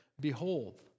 Behold